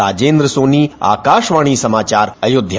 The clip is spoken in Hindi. राजेन्द्र सोनी आकाशवाणी समाचार अयोध्या